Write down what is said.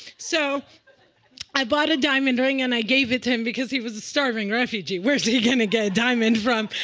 so i bought a diamond ring and i gave it to, um because he was a starving refugee. where's he gonna get a diamond from,